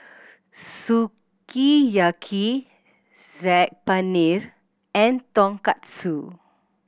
Sukiyaki Saag Paneer and Tonkatsu